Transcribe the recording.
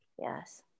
Yes